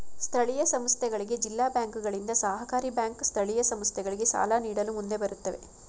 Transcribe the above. ಸ್ಥಳೀಯ ಸಂಸ್ಥೆಗಳಿಗೆ ಜಿಲ್ಲಾ ಬ್ಯಾಂಕುಗಳಿಂದ, ಸಹಕಾರಿ ಬ್ಯಾಂಕ್ ಸ್ಥಳೀಯ ಸಂಸ್ಥೆಗಳಿಗೆ ಸಾಲ ನೀಡಲು ಮುಂದೆ ಬರುತ್ತವೆ